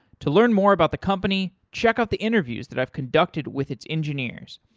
to learn more about the company, check out the interviews that i've conducted with its engineers.